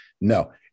No